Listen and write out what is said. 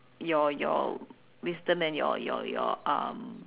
your your wisdom and your your your um